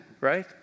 right